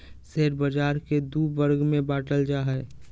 share बाज़ार के दू वर्ग में बांटल जा हइ